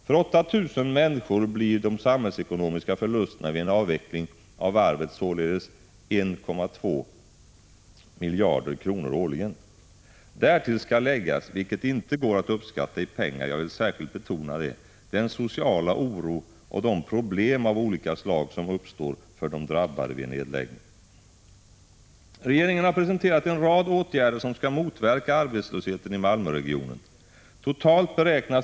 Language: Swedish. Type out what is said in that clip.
För 8 000 människor blir de samhällsekonomiska förlusterna vid en avveckling av varvet således 1,2 miljarder kronor årligen. Därtill skall läggas — vilket inte går att uppskatta i pengar, det vill jag särskilt betona — den sociala oro och de problem av olika slag som uppstår för de drabbade vid en nedläggning. Regeringen har presenterat en rad åtgärder som skall motverka arbetslösheten i Malmöregionen.